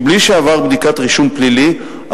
מבלי שעבר בדיקת רישום פלילי,